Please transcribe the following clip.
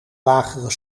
lagere